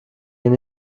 bien